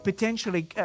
potentially